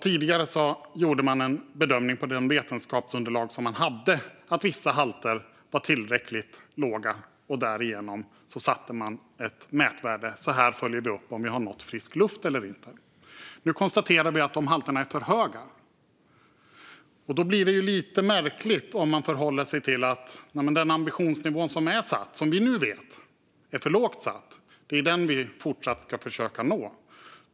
Tidigare gjorde man bedömningen, utifrån de vetenskapsunderlag man hade, att vissa halter var tillräckligt låga, och därigenom satte man ett mätvärde: Så här följer vi upp om vi har nått frisk luft eller inte. Nu konstaterar vi att de halterna är för höga. Då blir det lite märkligt om man förhåller sig till den ambitionsnivå som är satt, och som vi nu vet är för lågt satt, och säger att det är den vi fortsatt ska försöka nå.